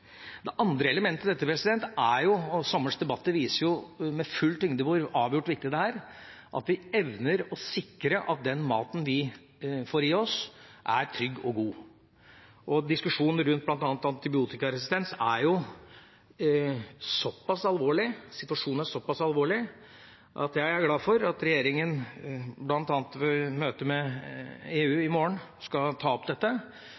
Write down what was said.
Det andre elementet i dette er jo – og sommerens debatter viser jo med full tydelighet hvor avgjort viktig dette er – at vi evner å sikre at den maten vi får i oss, er trygg og god. Og situasjonen rundt f.eks. antibiotikaresistens er såpass alvorlig at jeg er glad for at regjeringa, bl.a. i møte med EU i morgen, skal ta opp dette.